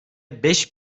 beş